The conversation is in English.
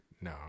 No